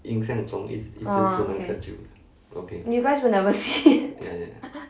oh okay you guys will never see it